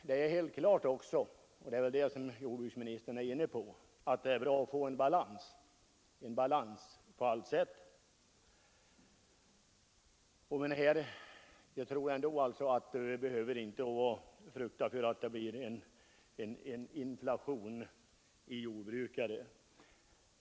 Det är helt klart — och det är väl det som jordbruksministern avser — att det är bra att få balans på alla sätt, men jag tror inte vi behöver frukta för en inflation i jordbrukare.